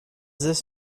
this